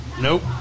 Nope